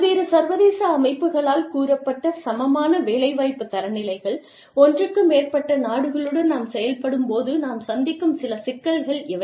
பல்வேறு சர்வதேச அமைப்புகளால் கூறப்பட்ட சமமான வேலைவாய்ப்பு தரநிலைகள் ஒன்றுக்கு மேற்பட்ட நாடுகளுடன் நாம் செயல்படும்போது நாம் சந்திக்கும் சில சிக்கல்கள் இவை